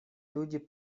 люди